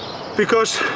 because,